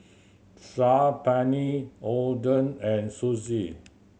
Saag Paneer Oden and Sushi